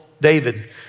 David